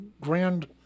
grand